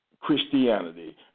Christianity